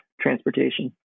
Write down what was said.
transportation